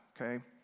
okay